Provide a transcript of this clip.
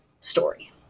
story